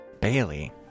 Bailey